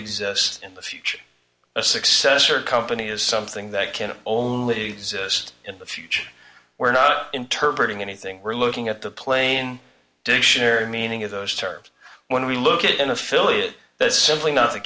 exist in the future a successor company is something that can only exist in the future we're not inter breeding anything we're looking at the plane dictionary meaning of those terms when we look at an affiliate that's simply not the